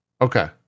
Okay